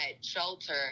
shelter